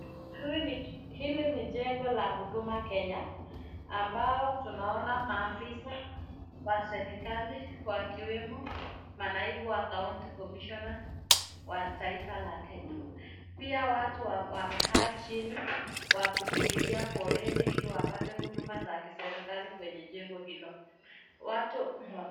Hili ni jengo la huduma Kenya ambao tunaona maafisa wa serikali wakiwemo manaibu wa (cs) county commissioner (cs) wa taifa la Kenya ,pia watu wanakaa chini wakisubiria foleni ili wapate huduma za kiserikali kwenye jengo hilo ,watu....